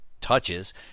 touches